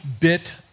bit